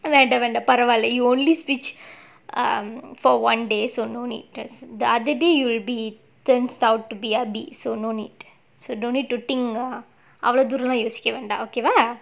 வேண்டாம் வேண்டாம் பரவால்ல:vendaam vendaam paravaala you only speech um for one day so no need to the other day you'll be turns out to be erby so no need so no need to think err I want to write the script and that okay ah